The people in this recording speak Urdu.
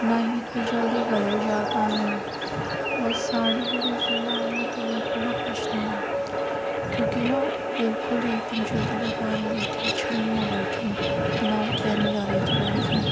نہ ہی اتنی جلدی کلر جاتا ہے اور ساڑی کو دیکھ کر نا میں تو بالکل نا پچھتائی ہوں کیونکہ نا بالکل ہی ایک دم جلدی بے کار ہو گئی چھلنی ہو گئی تھی نہ وہ پہنی جا رہی تھی ڈھنگ سے